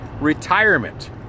retirement